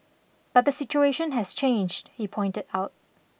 but the situation has changed he pointed out